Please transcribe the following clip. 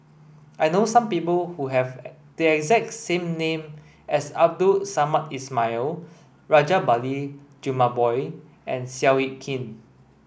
I know people who have the exact same name as Abdul Samad Ismail Rajabali Jumabhoy and Seow Yit Kin